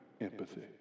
empathy